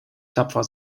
tapfer